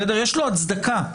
יש לו הצדקה.